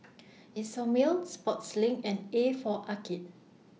Isomil Sportslink and A For Arcade